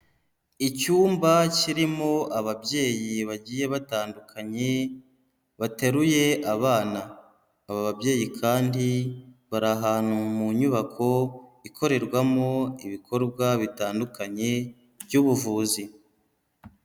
Icyumba kirimo ababyeyi bagiye batandukanye bateruye abana, aba babyeyi kandi bari ahantu mu nyubako, ikorerwamo ibikorwa bitandukanye by'ubuvuzi.